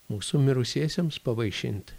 mūsų mirusiesiems pavaišint